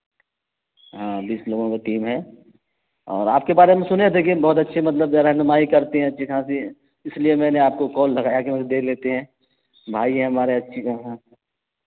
ہاں بیس لوگوں کا ٹیم ہے اور آپ کے بارے میں سنے تھے کہ بہت اچھے مطلب ذیرنمائی کرتے ہیں اچھی خاصی اس لیے میں نے آپ کو کال لگایا کہ مجھے لیتے ہیں بھائی ہے ہمارے اچھی یہاں